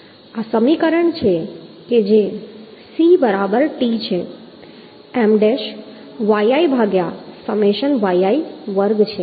આ સમીકરણ કે જે C બરાબર T છે M ડેશ yi ભાગ્યા સમેશન yi વર્ગ છે